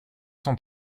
sont